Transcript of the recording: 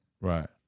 Right